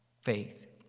faith